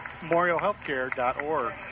memorialhealthcare.org